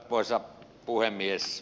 arvoisa puhemies